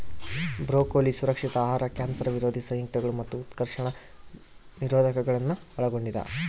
broccoli ಸುರಕ್ಷಿತ ಆಹಾರ cancer ವಿರೋಧಿ ಸಂಯುಕ್ತಗಳು ಮತ್ತು ಉತ್ಕರ್ಷಣ ನಿರೋಧಕಗುಳ್ನ ಒಳಗೊಂಡಿದ